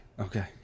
Okay